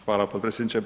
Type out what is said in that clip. Hvala potpredsjedniče.